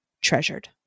treasured